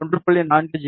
4 gigahertz